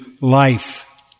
life